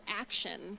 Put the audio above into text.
action